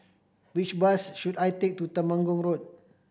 which bus should I take to Temenggong Road